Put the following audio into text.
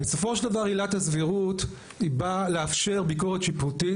בסופו של דבר עילת הסבירות היא באה לאפשר ביקורת שיפוטית,